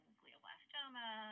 glioblastoma